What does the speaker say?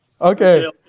Okay